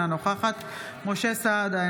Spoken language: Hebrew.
אינה נוכחת משה סעדה,